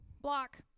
block